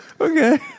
Okay